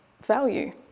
value